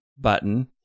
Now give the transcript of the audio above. button